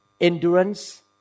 endurance